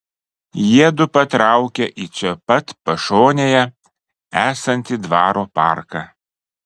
jiedu patraukia į čia pat pašonėje esantį dvaro parką